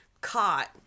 caught